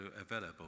available